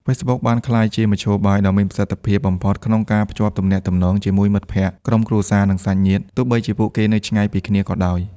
Facebook បានក្លាយជាមធ្យោបាយដ៏មានប្រសិទ្ធភាពបំផុតក្នុងការ ភ្ជាប់ទំនាក់ទំនងជាមួយមិត្តភក្តិ ក្រុមគ្រួសារ និងសាច់ញាតិ ទោះបីជាពួកគេនៅឆ្ងាយពីគ្នាក៏ដោយ។